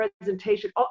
presentation